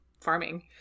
farming